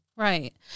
Right